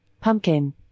Pumpkin